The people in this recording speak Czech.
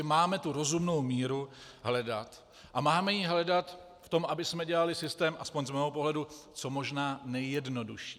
Máme tu rozumnou míru hledat a máme ji hledat v tom, abychom dělali systém aspoň z mého pohledu co možná nejjednodušší.